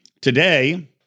today